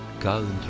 god,